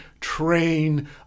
train